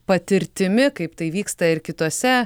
patirtimi kaip tai vyksta ir kituose